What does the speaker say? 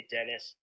Dennis